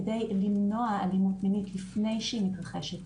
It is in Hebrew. כדי למנוע אלימות מינית לפני שהיא מתרחשת,